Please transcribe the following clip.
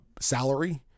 salary